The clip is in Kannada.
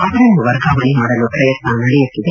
ಅವರನ್ನು ವರ್ಗಾವಣೆ ಮಾಡಲು ಪ್ರಯತ್ನ ನಡೆಯುತ್ತಿದೆ